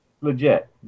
legit